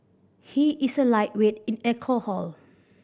he is a lightweight in alcohol